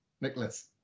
Nicholas